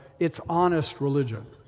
it's honest religion.